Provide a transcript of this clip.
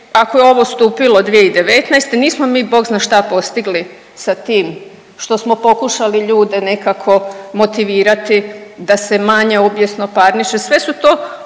ako je ovo stupilo 2019. nismo mi bog zna šta postigli sa tim što smo pokušali ljude nekako motivirati da se manje obijesno parniče.